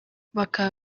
bakaba